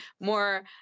more